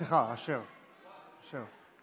סליחה, אשר.